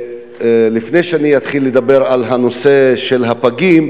לפני שאני אתחיל לדבר על הנושא של הפגים,